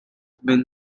been